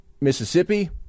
Mississippi